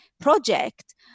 project